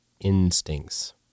instincts